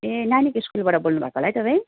ए नानीको स्कुलबाट बोल्नुभएको होला है तपाईँ